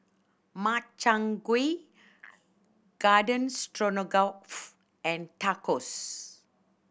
Makchang Gui Garden Stroganoff and Tacos